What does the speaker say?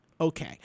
Okay